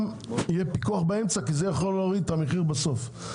הפיקוח באמצע יכול להוריד את המחיר בסוף.